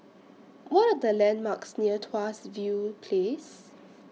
What Are The landmarks near Tuas View Place